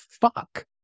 fuck